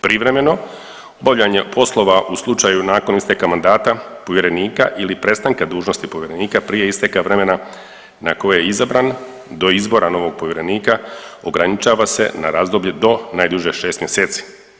Privremeno obavljanje poslova u slučaju nakon isteka mandata povjerenika ili prestanka dužnosti povjerenika prije isteka vremena na koje je izabran do izbora novog povjerenika ograničava se na razdoblje do najduže šest mjeseci.